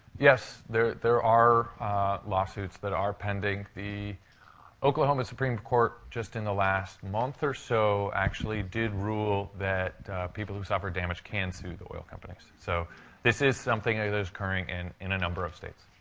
yes. there there are lawsuits that are pending. the oklahoma supreme court, just in the last month or so, actually, did rule that people who suffered damage can sue the oil companies. so this is something that is occurring in in a number of states.